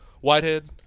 Whitehead